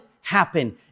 happen